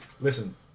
Listen